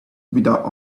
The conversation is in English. without